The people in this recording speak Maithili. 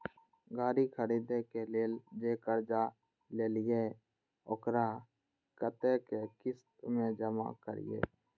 गाड़ी खरदे के लेल जे कर्जा लेलिए वकरा कतेक किस्त में जमा करिए?